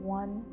one